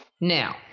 Now